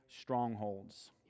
strongholds